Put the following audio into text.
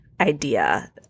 idea